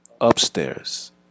upstairs